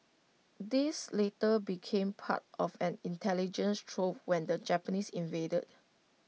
these later became part of an intelligence trove when the Japanese invaded